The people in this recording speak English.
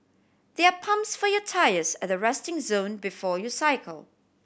there are pumps for your tyres at the resting zone before you cycle